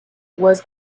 was